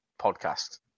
podcast